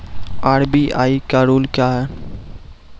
RBI का rule क्या हैं?